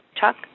Chuck